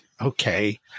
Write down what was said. Okay